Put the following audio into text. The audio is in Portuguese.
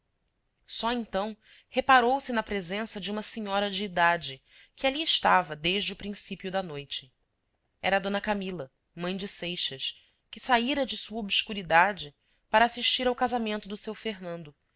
só então reparou se na presença de uma senhora de idade que ali estava desde o princípio da noite era d camila mãe de seixas que saíra de sua obscuridade para assistir ao casamento do seu fernando